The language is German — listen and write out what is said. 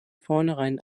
vornherein